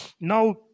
now